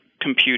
compute